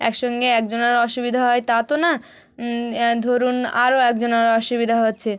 একসঙ্গে একজনের অসুবিধা হয় তা তো না ধরুন আরও একজনের অসুবিধা হচ্ছে